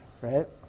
right